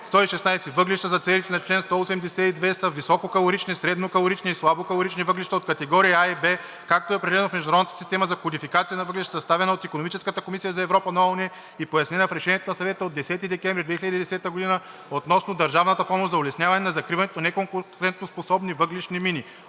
116. „Въглища“ за целите на чл. 182 са висококалорични, среднокалорични и слабокалорични въглища от категория А и В, както е определено в Международната система за кодификация на въглищата, съставена от Икономическата комисия за Европа на ООН и пояснена в Решението на Съвета от 10 декември 2010 г. относно държавната помощ за улесняване на закриването на неконкурентоспособни въглищни мини